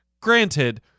granted